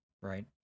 right